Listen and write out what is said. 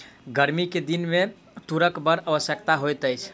गर्मी के दिन में तूरक बड़ आवश्यकता होइत अछि